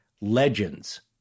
Legends